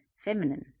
feminine